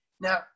Now